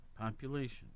population